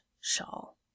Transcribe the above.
shawl